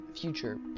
future